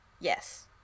Yes